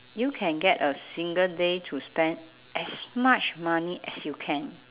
you can get a single day to spend as much money as you can